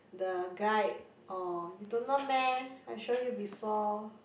the guide or you don't know meh I show you before